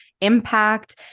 impact